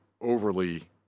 overly